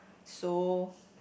so